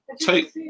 take